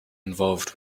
involved